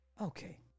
Okay